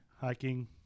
Hiking